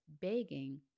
begging